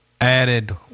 Added